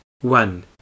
one